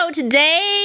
today